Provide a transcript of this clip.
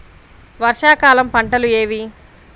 వర్షాకాలం పంటలు ఏవి?